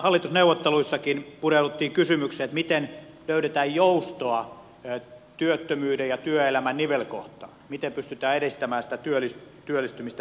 hallitusneuvotteluissakin pureuduttiin kysymykseen miten löydetään joustoa työttömyyden ja työelämän nivelkohtaan miten pystytään edistämään sitä työllistymistä